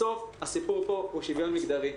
בסוף הסיפור פה הוא שוויון מגדרי.